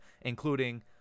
including